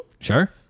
Sure